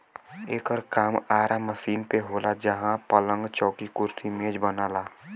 एकर काम आरा मशीन पे होला जहां पलंग, चौकी, कुर्सी मेज बनला